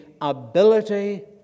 ability